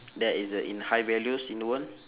that is a in high values in the world